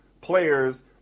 players